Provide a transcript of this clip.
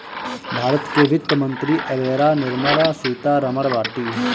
भारत के वित्त मंत्री एबेरा निर्मला सीता रमण बाटी